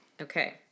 Okay